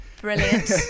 Brilliant